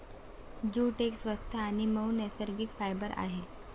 jute एक स्वस्त आणि मऊ नैसर्गिक फायबर आहे